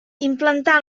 implantar